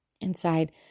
inside